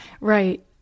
Right